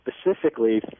specifically